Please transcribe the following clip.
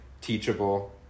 teachable